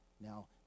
Now